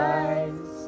eyes